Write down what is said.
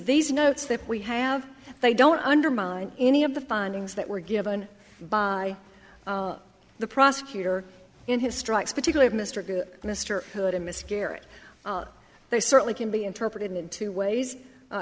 these notes that we have they don't undermine any of the findings that were given by the prosecutor in his strikes particular of mr mr hood a miscarriage they certainly can be interpreted in two wa